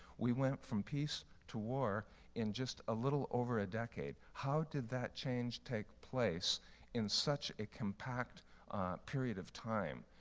we went from peace to war in just a little over a decade. how did that change take place in such a compact period of time?